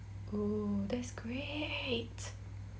oh that's great